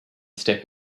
step